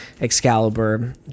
Excalibur